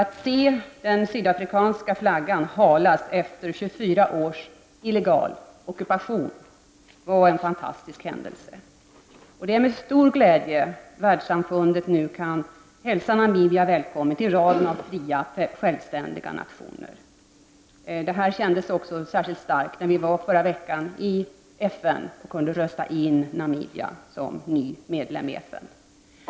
Att se den sydafrikanska flaggan halas efter 24 års illegal ockupation var en fantastisk upplevelse. Det är med stor glädje som världssamfundet nu kan hälsa Namibia välkommet i raden av fria, självständiga nationer. Det här kändes också särskilt starkt när vi i förra veckan i FN kunde rösta in Namibia som ny medlem.